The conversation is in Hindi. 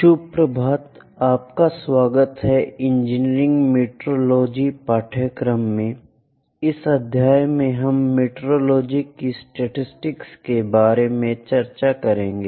सुप्रभात आपका स्वागत है इंजीनियरिंग मैट्रोलोजी पाठ्यक्रम में इस अध्याय में हम मीटरोलॉजी की स्टेटिस्टिक्स के बारे में चर्चा करेंगे